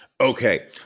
Okay